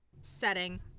setting